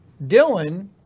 Dylan